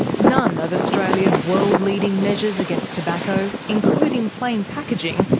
none of australia's world-leading measures against tobacco, including plain packaging,